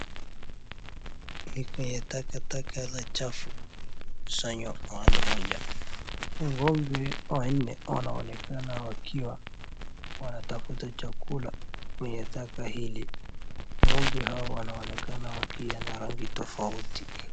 Ni kwenye takataka la chafu iliyokusanywa mahali moja. Ng'ombe wanne wanaonekana wakiwa wanatafuta chakula kwenye taka hili. Ng'ombe hao wanaonekana wakiwa na rangi tofauti.